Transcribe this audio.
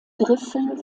griffel